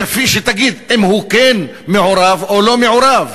שתגיד אם הוא כן מעורב או לא מעורב.